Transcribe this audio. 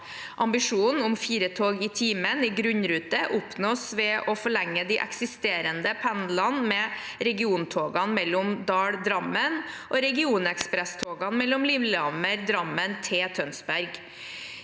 Ambisjonen om fire tog i timen i grunnrute oppnås ved å forlenge de eksisterende pendlene med regiontogene mellom Dal–Drammen og regionekspresstogene mellom Lillehammer–Drammen til Tønsberg.